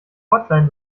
hotline